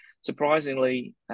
surprisingly